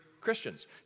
Christians